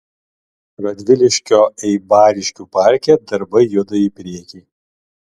radviliškio eibariškių parke darbai juda į priekį